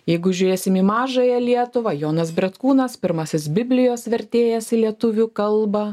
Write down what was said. jeigu žiūrėsim į mažąją lietuvą jonas bretkūnas pirmasis biblijos vertėjas į lietuvių kalbą